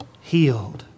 healed